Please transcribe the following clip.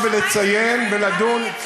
לומר ולציין ולדון,